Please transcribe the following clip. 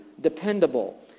dependable